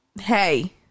hey